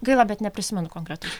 gaila bet neprisimenu konkretaus